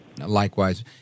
Likewise